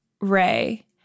Ray